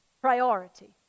Priority